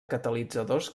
catalitzadors